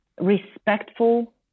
respectful